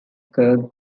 kirk